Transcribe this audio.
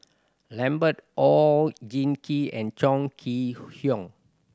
Lambert Oon Jin Gee and Chong Kee Hiong